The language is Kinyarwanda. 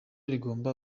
rigomba